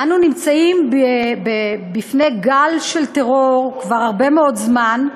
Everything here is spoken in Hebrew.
אנו נמצאים בפני גל של טרור כבר הרבה מאוד זמן,